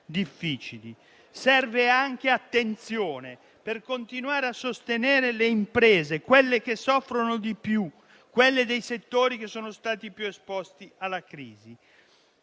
difficili. Serve anche attenzione per continuare a sostenere le imprese, quelle che soffrono di più, quelle dei settori che sono stati più esposti alla crisi.